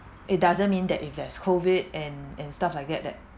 it doesn't mean that if there's COVID and and stuff like that that